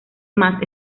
más